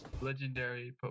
legendary